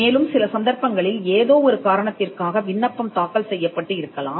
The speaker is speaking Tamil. மேலும் சில சந்தர்ப்பங்களில் ஏதோ ஒரு காரணத்திற்காக விண்ணப்பம் தாக்கல் செய்யப்பட்டு இருக்கலாம்